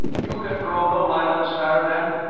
you can throw no light on this matter, then?